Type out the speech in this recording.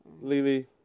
Lily